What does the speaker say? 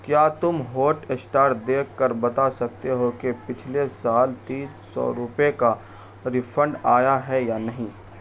کیا تم Hotstar دیکھ کر بتا سکتے ہو کہ پچھلے سال تین سو روپے کا ریفنڈ آیا ہے یا نہیں